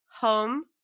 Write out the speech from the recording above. Home